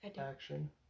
action